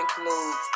includes